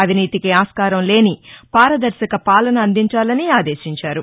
అవినీతికి ఆస్కారంలేని పారదర్శక పాలన అందించాలని ఆదేశించారు